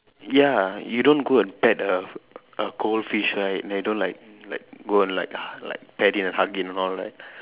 ya you don't go and pat a a goldfish right they don't like like go and like like pat and hug it and all right